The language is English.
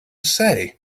say